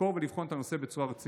לחקור ולבחון את הנושא בצורה רצינית,